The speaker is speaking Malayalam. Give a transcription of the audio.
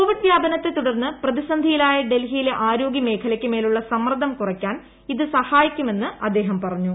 കോവിഡ് വ്യാപനത്തെ തുട്ർന്ന് പ്രതിസന്ധിയിലായ ഡൽഹിയിലെ ആരോഗ്യ മേഖലയ്ക്ക് മേലുള്ള സമ്മർദ്ദം കുറയ്ക്കാൻ ഇത് സഹായിക്കുമെന്ന് അദ്ദേഹം പറഞ്ഞു